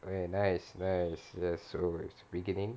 well nice nice so it's beginning